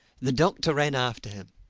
the doctor ran after him.